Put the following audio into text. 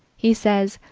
he says,